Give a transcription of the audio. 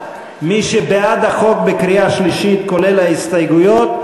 מי שבעד החוק בקריאה שלישית כולל ההסתייגויות,